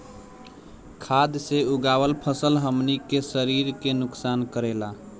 खाद्य से उगावल फसल हमनी के शरीर के नुकसान करेला